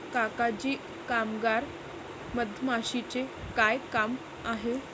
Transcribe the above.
काका जी कामगार मधमाशीचे काय काम आहे